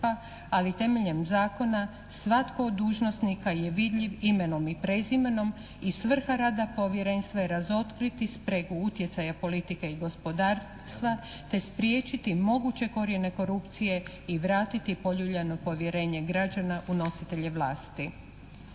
ali temeljem zakona svatko od dužnosnika je vidljiv imenom i prezimenom i svrha rada Povjerenstva je razotkriti spregu utjecaja politike i gospodarstva te spriječiti moguće korijene korupcije i vratiti poljuljano povjerene građana u nositelje vlasti.